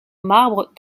marbre